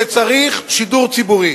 שצריך שידור ציבורי,